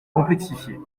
complexifier